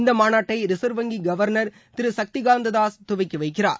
இந்த மாநாட்டை ரிசர்வ் வங்கி கவர்னர் திரு சக்தி காந்த தாஸ் துவக்கி வைக்கிறார்